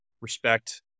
respect